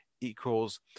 equals